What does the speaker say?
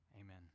amen